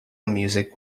music